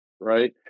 right